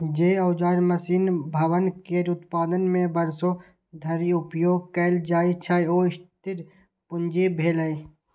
जे औजार, मशीन, भवन केर उत्पादन मे वर्षों धरि उपयोग कैल जाइ छै, ओ स्थिर पूंजी भेलै